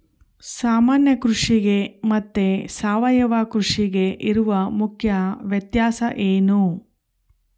ಸಾಮಾನ್ಯ ಕೃಷಿಗೆ ಮತ್ತೆ ಸಾವಯವ ಕೃಷಿಗೆ ಇರುವ ಮುಖ್ಯ ವ್ಯತ್ಯಾಸ ಏನು?